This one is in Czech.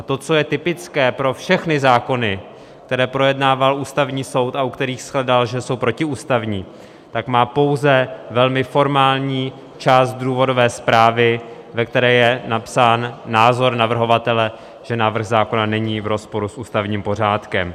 To, co je typické pro všechny zákony, které projednával Ústavní soud a u kterých shledal, že jsou protiústavní, tak má pouze velmi formální část důvodové zprávy, ve které je napsán názor navrhovatele, že návrh zákona není v rozporu s ústavním pořádkem.